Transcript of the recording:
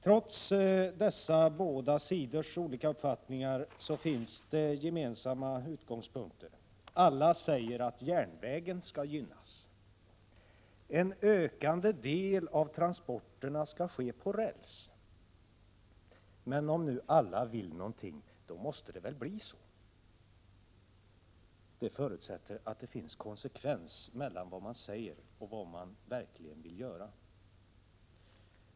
Trots dessa båda sidors olika uppfattningar finns det gemensamma utgångspunkter. Alla säger att järnvägen skall gynnas. En ökande del av transporterna skall ske på räls. Men om nu alla vill någonting måste det väl bli så? Det förutsätter att det finns konsekvens mellan vad man säger och vad man verkligen vill göra.